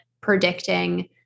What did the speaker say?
predicting